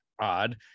Odd